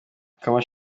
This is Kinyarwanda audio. mukamana